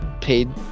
paid